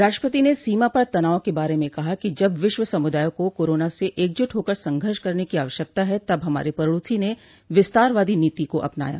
राष्ट्रपति ने सीमा पर तनाव के बारे में कहा कि जब विश्व समुदाय को कोरोना से एकजुट होकर संघर्ष करने की आवश्यकता है तब हमारे पड़ोसी ने विस्तारवादी नीति को अपनाया